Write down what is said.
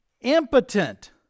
impotent